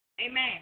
Amen